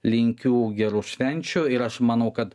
linkiu gerų švenčių ir aš manau kad